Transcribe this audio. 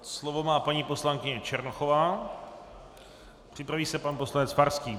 Slovo má paní poslankyně Černochová, připraví se pan poslanec Farský.